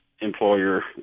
employer